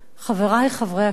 חברי חברי הכנסת,